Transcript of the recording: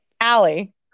Allie